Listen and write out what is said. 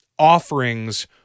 offerings